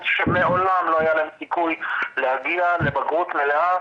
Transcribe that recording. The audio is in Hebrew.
שמעולם לא היה להם סיכוי להגיע לבגרות מלאה,